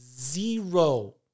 zero